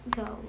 go